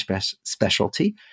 specialty